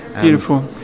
Beautiful